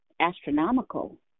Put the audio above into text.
astronomical